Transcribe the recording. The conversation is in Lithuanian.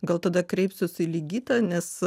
gal tada kreipsiuos į ligitą nes